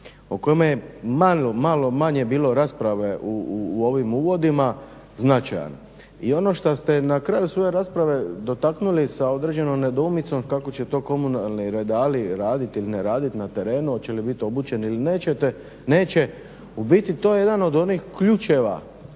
o kojem je malo manje bilo rasprave u ovom uvodima značajan. I ono što ste na kraju svoje rasprave dotaknuli sa određenom nedoumicom kako će to komunalni redari raditi ili ne raditi na terenu, hoće li biti obučeni ili neće, u biti to je jedan od onih ključeva